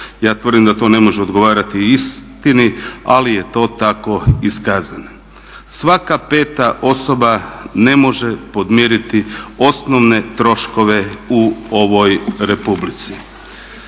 Ja tvrdim da to ne može odgovarati istini ali je to tako iskazano. Svaka 5.-ta osoba ne može podmiriti osnovne troškove u ovoj Republici.